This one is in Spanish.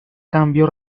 cambio